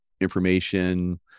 information